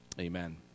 Amen